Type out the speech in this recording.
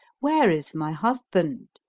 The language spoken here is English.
where is my husband?